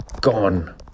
gone